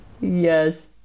yes